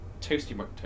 toasty